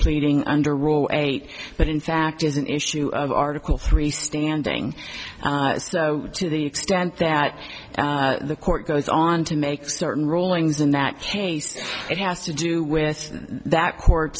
pleading under rule eight but in fact is an issue of article three standing so to the extent that the court goes on to make certain rulings in that case it has to do with that court